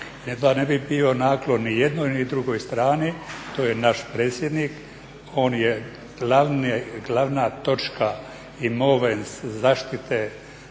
Ne bi bio naklonjen ni jednoj ni drugoj strani, to je naš predsjednik, on je glavna točka i …/Govornik